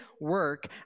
work